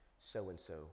so-and-so